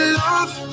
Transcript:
love